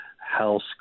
House